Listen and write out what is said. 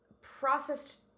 processed